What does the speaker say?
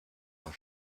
der